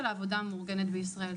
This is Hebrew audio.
יש כוננויות לעובדים סוציאליים.